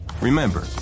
Remember